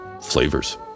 flavors